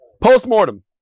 Post-mortem